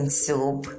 soup